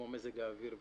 כמו מזג האוויר וכולי.